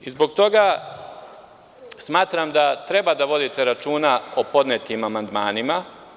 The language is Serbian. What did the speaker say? Zbog toga smatram da treba da vodite računa o podnetim amandmanima.